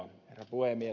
herra puhemies